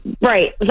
Right